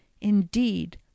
indeed